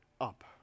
up